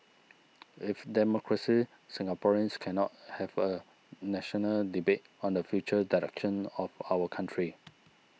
with democracy Singaporeans cannot have a national debate on the future direction of our country